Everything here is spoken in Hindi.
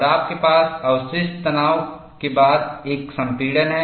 और आपके पास अवशिष्ट तनाव के बाद एक संपीड़न है